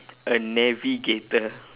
a navigator